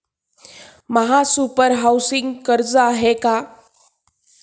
महासुपर हाउसिंग कर्ज आहे का?